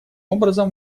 образом